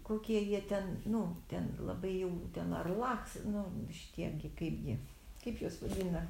kokie jie ten nu ten labai jau ten ar laks nu šitie gi kaip gi kaip juos vadina